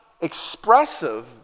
expressive